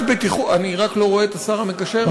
אני רק לא רואה את השר המקשר.